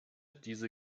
diese